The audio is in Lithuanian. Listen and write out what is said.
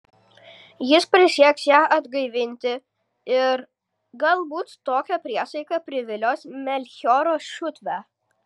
jis prisieks ją atgaivinti ir galbūt tokia priesaika privilios melchioro šutvę